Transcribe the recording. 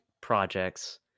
projects